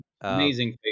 amazing